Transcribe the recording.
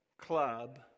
club